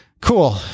Cool